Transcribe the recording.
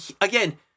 again